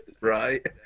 right